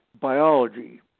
biology